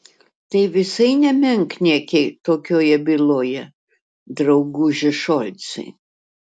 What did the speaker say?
tai visai ne menkniekiai tokioje byloje drauguži šolcai